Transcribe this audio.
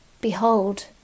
Behold